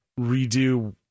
redo